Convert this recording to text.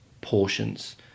portions